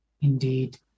indeed